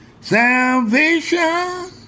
Salvation